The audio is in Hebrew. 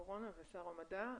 הקורונה ושר המדע.